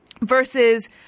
Versus